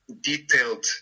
detailed